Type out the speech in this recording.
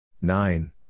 Nine